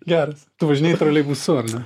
geras tu važinėji troleibusu ar ne